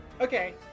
Okay